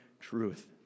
truth